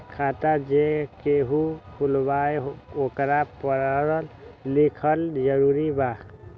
खाता जे केहु खुलवाई ओकरा परल लिखल जरूरी वा?